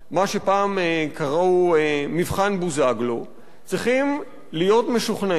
מה שפעם קראו לו "מבחן בוזגלו" צריכים להיות משוכנעים